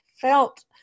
felt